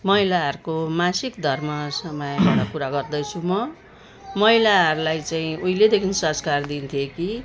महिलाहरूको मासिक धर्म सम्बन्धी कुरा गर्दछु म महिलाहरूलाई चाहिँ उहिलेदेखि संस्कार दिन्थे कि